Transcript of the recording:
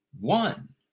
one